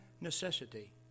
Necessity